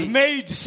made